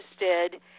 interested